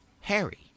Harry